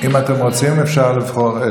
אם אתם רוצים, אפשר לבחור,